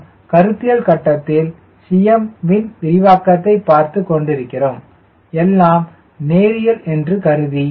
நாம் கருத்தியல் கட்டத்தில் Cm இன் விரிவாக்கத்தை பார்த்துக் கொண்டிருக்கிறோம் எல்லாம் நேரியல் என்று கருதி